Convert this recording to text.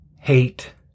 hate